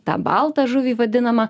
tą baltą žuvį vadinamą